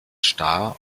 starr